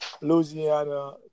Louisiana